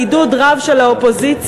בעידוד רב של האופוזיציה,